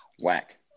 Whack